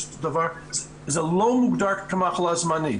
זה לא מוגדר כמחלה זמנית.